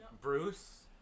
Bruce